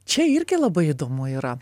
čia irgi labai įdomu yra